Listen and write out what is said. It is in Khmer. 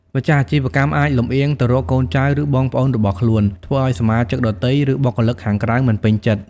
ម្ចាស់អាជីវកម្មអាចលម្អៀងទៅរកកូនចៅ ឬបងប្អូនរបស់ខ្លួន ធ្វើឲ្យសមាជិកដទៃ ឬបុគ្គលិកខាងក្រៅមិនពេញចិត្ត។